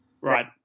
Right